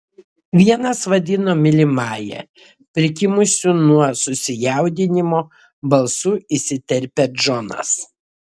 vienas vadino mylimąja prikimusiu nuo susijaudinimo balsu įsiterpia džonas